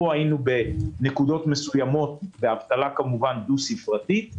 פה היינו בנקודות מסוימות באבטלה דו-ספרית.